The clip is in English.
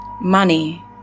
Money